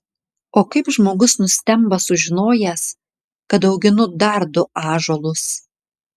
o kaip žmogus nustemba sužinojęs kad auginu dar du ąžuolus